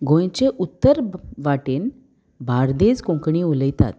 गोंयचे उत्तर वाटेन बार्देस कोंकणी उलयतात